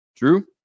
Drew